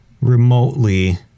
remotely